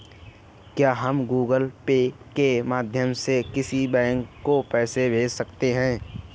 क्या हम Google Pay के माध्यम से किसी बैंक को पैसे भेज सकते हैं?